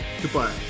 goodbye